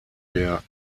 der